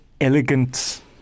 elegant